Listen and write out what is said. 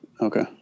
Okay